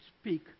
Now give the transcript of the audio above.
speak